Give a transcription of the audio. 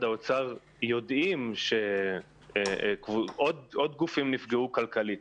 האוצר יודעים שעוד גופים נפגעו כלכלית.